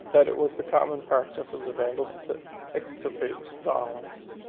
that it was the common practice of the vandals to extirpate the olives,